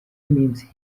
iminsi